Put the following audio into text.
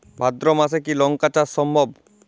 ভাদ্র মাসে কি লঙ্কা চাষ সম্ভব?